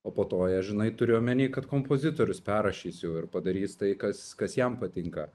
o po to ją žinai turi omeny kad kompozitorius perrašys jau ir padarys tai kas kas jam patinka